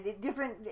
different